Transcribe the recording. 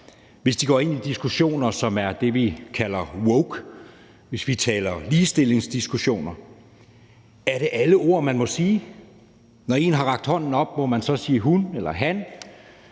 hvis de går ind i diskussioner, som er det, vi kalder woke, eller hvis de har ligestillingsdiskussioner: Er det alle ord, man må sige? Når en har rakt hånden op, må man så sige »hun« eller »han«?